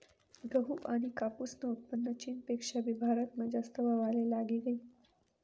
गहू आनी कापूसनं उत्पन्न चीनपेक्षा भी भारतमा जास्त व्हवाले लागी गयी